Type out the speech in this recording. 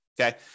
Okay